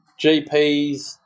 GPs